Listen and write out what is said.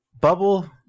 Bubble